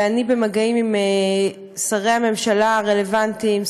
ואני במגעים עם שרי הממשלה הרלוונטיים,